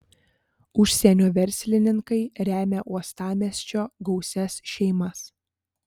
užsienio verslininkai remia uostamiesčio gausias šeimas